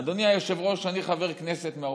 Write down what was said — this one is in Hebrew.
אדוני היושב-ראש, אני חבר כנסת מהאופוזיציה.